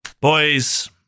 Boys